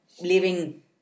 Living